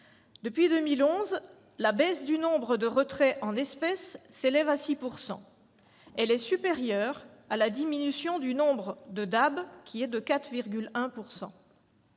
Depuis 2011, la baisse du nombre de retraits en espèces s'élève à 6 %: elle est supérieure à la diminution du nombre de DAB, qui est de 4,1 %.